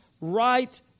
right